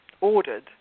ordered